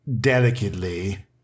delicately